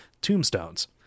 tombstones